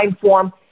form